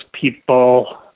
people